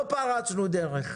לא פרצנו דרך.